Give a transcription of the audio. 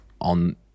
on